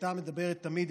היא הייתה מדברת תמיד,